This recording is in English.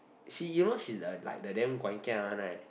she you know she is a like the damn guai kia one right